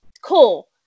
Cool